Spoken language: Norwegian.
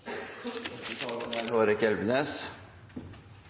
første er